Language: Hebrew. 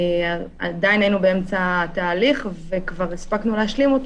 עדיין היינו באמצע תהליך וכבר הספקנו להשלים,